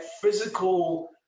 physical